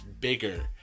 bigger